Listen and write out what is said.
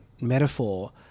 metaphor